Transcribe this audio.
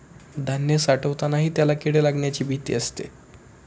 धान्य साठवतानाही त्याला किडे लागण्याची भीती असते